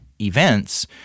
events